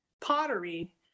pottery